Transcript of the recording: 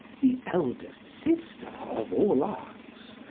the eldest sister of all arts,